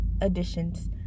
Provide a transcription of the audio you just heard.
additions